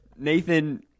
nathan